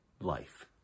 life